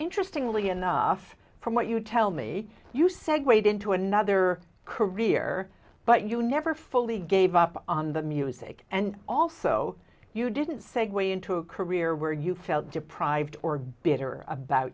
interestingly enough from what you tell me you segue into another career but you never fully gave up on the music and also you didn't segue into a career where you felt deprived or bitter about